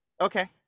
Okay